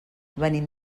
venim